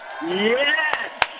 Yes